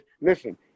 listen